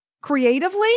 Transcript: creatively